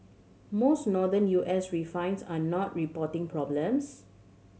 most Northern U S refines are not reporting problems